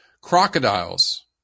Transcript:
Crocodiles